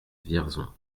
vierzon